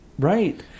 Right